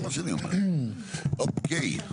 אוקיי.